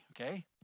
okay